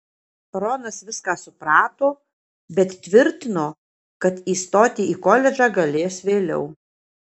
ronas viską suprato bet tvirtino kad įstoti į koledžą galės vėliau